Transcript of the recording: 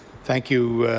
thank you,